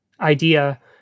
idea